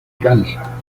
cansa